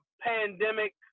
pandemic